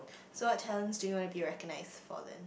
so what talents do you wanna be recognised for then